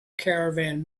caravan